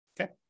Okay